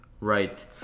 Right